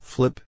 Flip